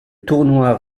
tournoi